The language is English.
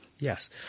Yes